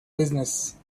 business